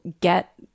get